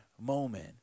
moment